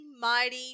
mighty